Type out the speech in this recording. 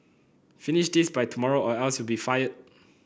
finish this by tomorrow or else you'll be fired